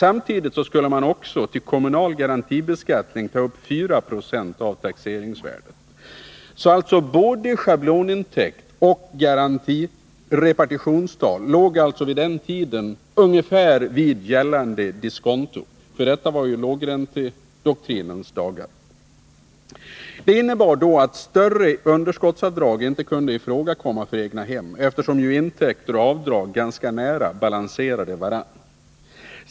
Samtidigt skulle man också till kommunal garantibeskattning ta upp 4 96 av taxeringsvärdet. Både schablonintäkt och repartitionstal låg alltså vid denna tid ungefär vid gällande diskonto — för detta var ju i lågräntedoktrinens dagar. Det innebar att större underskottsavdrag inte kunde ifrågakomma för egnahem, eftersom intäkter och avdrag ganska nära balanserade varandra.